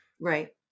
right